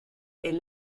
est